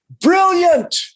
brilliant